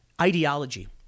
ideology